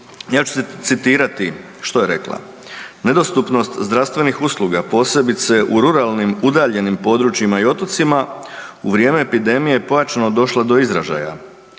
Ja ću citirati što je rekla: „Nedostupnost zdravstvenih usluga, posebice u ruralnim udaljenim područjima i otocima, u vrijeme epidemije je pojačano došlo do izražaja.